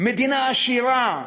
מדינה עשירה,